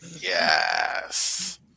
Yes